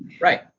Right